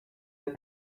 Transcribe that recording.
era